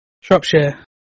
Shropshire